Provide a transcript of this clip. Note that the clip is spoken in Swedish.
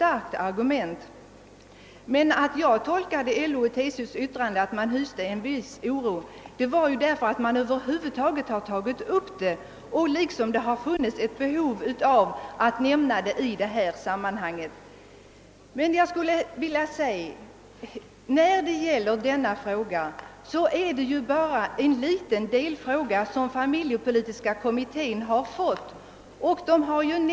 Anledningen till att jag tolkade LO:s och TCO:s yttranden så att de hyste viss oro var att de över huvud taget hade tagit upp frågan i sina remissvar. Den fråga vi behandlar i dag är bara en liten delfråga i den stora fråga som familjepolitiska kommittén haft att utreda: vår framtida familjepolitik.